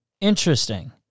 Interesting